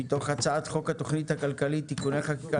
מתוך הצעת חוק התוכנית הכלכלית (תיקוני חקיקה